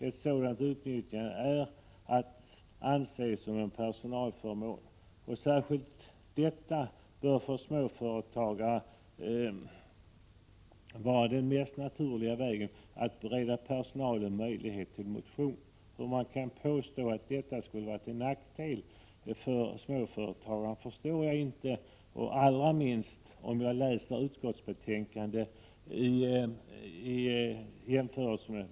Ett sådant utnyttjande är att anse som personalvårdsförmån.” Särskilt detta bör för småföretagare vara den naturligaste vägen att bereda personalen möjlighet till motion. Hur någon kan påstå att det är till nackdel för dem, förstår jag inte. Allra minst förstår jag kritiken när jag jämför vad som står i utskottsbetänkandet och propositionen.